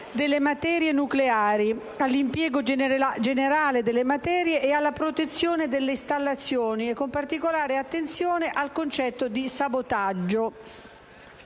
delle materie nucleari, all'impiego generale delle materie e alla protezione delle installazioni, e con particolare attenzione al concetto di sabotaggio.